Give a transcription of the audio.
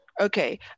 Okay